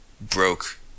broke